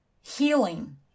healing